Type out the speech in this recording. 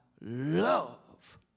love